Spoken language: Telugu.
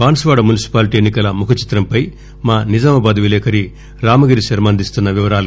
బాన్సువాడ మున్సిపాలిటీ ఎన్నికల ముఖచిత్రంపై మా నిజాబాబాద్ విలేకరి రామగిరిశర్మ అందిస్తున్న వివరాలు